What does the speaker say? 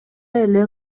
эле